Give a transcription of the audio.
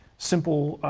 simple